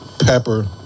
Pepper